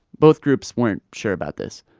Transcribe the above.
both groups weren't sure about this.